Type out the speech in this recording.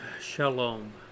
shalom